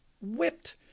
whipped